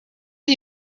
you